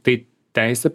tai teisę